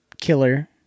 killer